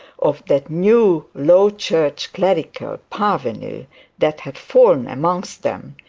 of that new low church clerical parvenu that had fallen amongst them,